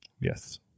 Yes